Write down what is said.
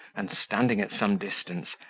and, standing at some distance,